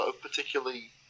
particularly